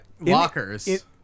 lockers